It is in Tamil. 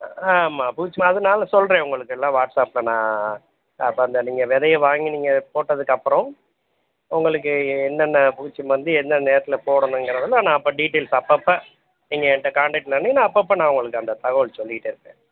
ஆமாம் பூச்சி மருந்து நான் சொல்கிறேன் உங்களுக்கு எல்லாம் வாட்ஸ்ஆப்பில் நான் அப்போ அந்த நீங்கள் விதைய வாங்கி நீங்கள் போட்டதுக்கப்புறம் உங்களுக்கு என்னென்ன பூச்சி மருந்து எந்த நேரத்தில் போடணுங்கறதுலாம் நான் அப்போ டீட்டெயில்ஸ் அப்பப்போ நீங்கள் என்கிட்ட காண்டக்டில் இருந்தீங்கனா அப்பப்போ நான் உங்களுக்கு அந்த தகவல் சொல்லிகிட்டே இருப்பேன்